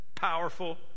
Powerful